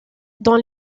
dans